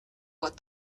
what